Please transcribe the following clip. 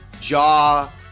Jaw